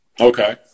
Okay